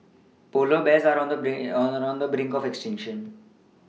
polar bears are on the brink or on the brink of extinction